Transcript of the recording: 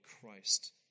Christ